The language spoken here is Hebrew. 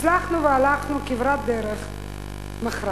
הצלחנו והלכנו כברת דרך מכרעת.